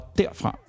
derfra